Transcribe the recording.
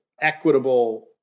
equitable